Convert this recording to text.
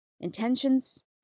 intentions